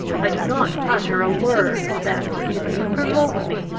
i do not utter a word, that, if you provoke me,